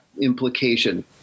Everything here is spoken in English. implication